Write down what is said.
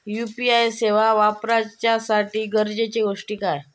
UPI सेवा वापराच्यासाठी गरजेचे गोष्टी काय?